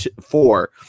four